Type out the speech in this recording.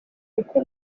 kuko